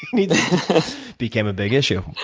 it became a big issue.